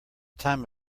time